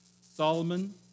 Solomon